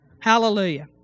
Hallelujah